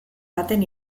baten